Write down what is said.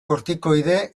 kortikoide